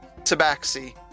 tabaxi